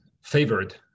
favored